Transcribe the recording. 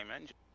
engine